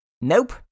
nope